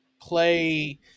play